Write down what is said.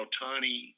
Otani